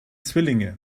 zwillinge